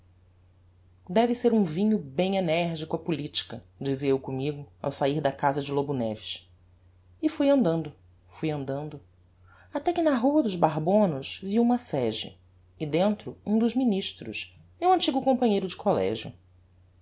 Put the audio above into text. deve ser um vinho hem energico a politica dizia eu commigo ao sair da casa de lobo neves e fui andando fui andando até que na rua dos barbonos vi uma sege e dentro um dos ministros meu antigo companheiro de collegio